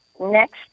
next